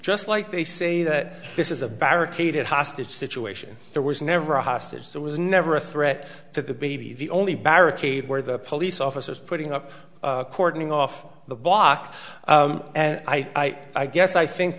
just like they say that this is a barricaded hostage situation there was never a hostage there was never a threat to the baby the only barricade where the police officers putting up cordoning off the block and i guess i think